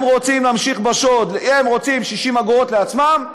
הם רוצים להמשיך בשוד, הם רוצים 60 אגורות לעצמם,